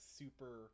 super